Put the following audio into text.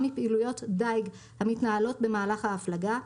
מפעילויות דייג המתנהלות במהלך ההפלגה,